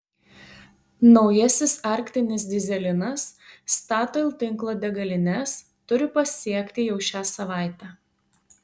naujasis arktinis dyzelinas statoil tinklo degalines turi pasiekti jau šią savaitę